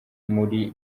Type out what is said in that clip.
muri